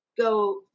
Go